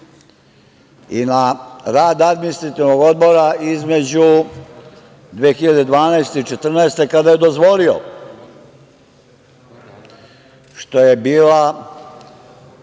i na rad Administrativnog odbora između 2012. i 2014. godine kada je dozvolio, što je bila